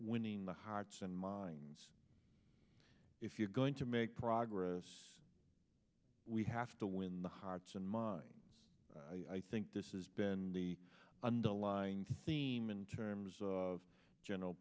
winning the hearts and minds if you're going to make progress we have to win the hearts and minds i think this is been the underlying theme in terms of general